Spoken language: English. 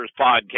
Podcast